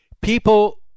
People